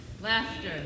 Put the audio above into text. laughter